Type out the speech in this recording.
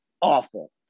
Awful